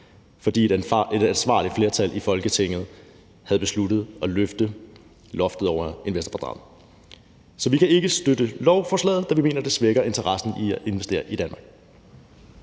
fordi et ansvarligt flertal i Folketinget havde besluttet at hæve loftet over investorfradraget. Så vi kan ikke støtte lovforslaget, da vi mener, det svækker interessen i at investere i Danmark.